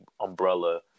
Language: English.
umbrella